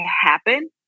happen